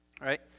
Right